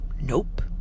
Nope